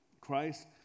Christ